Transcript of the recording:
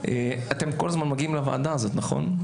אתם כל הזמן מגיעים לוועדה הזאת נכון?